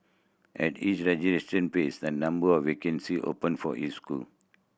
at each registration phase a number of vacancy open for each school